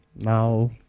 Now